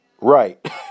Right